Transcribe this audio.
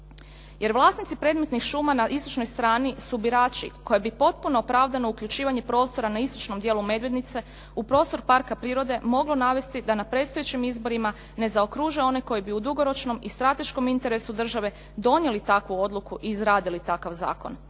jer vlasnici predmetnih šuma na istočnoj strani su birači koje bi potpuno opravdano uključivanje prostora na istočnom dijelu Medvednice u prostor parka prirode moglo navesti da na predstojećim izborima ne zaokruže one koji bi u dugoročnom i strateškom interesu države donijeti takvu odluku i izradili takav zakon.